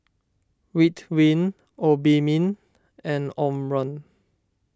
Ridwind Obimin and Omron